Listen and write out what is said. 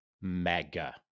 mega